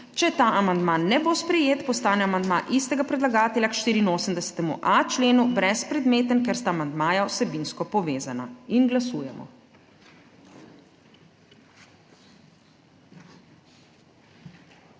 Če ta amandma ne bo sprejet, postane amandma istega predlagatelja k 84.a členu brezpredmeten, ker sta amandmaja vsebinsko povezana. Glasujemo.